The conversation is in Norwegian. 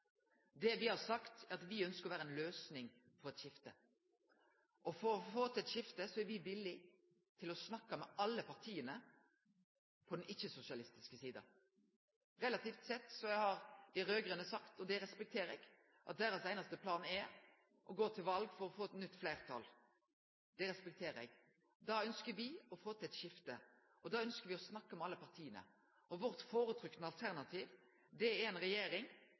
Folkeparti eigentleg har sagt. Det me har sagt, er at me ønskjer å vere ei løysing på eit skifte. For å få til eit skifte er me villige til å snakke med alle partia på den ikkje-sosialistiske sida. Dei raud-grøne har sagt at deira einaste plan er å gå til val for å få eit nytt fleirtal. Det respekterer eg. Da ønskjer me å få til eit skifte. Da ønskjer me å snakke med alle partia. Vårt føretrekte alternativ er ei regjering med Høgre, Venstre og